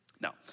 Now